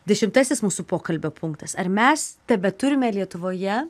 dešimtasis mūsų pokalbio punktas ar mes tebeturime lietuvoje